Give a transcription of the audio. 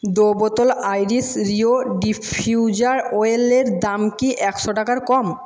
দু বোতল আইরিস রিও ডিফিউজার অয়েলের দাম কি একশো টাকার কম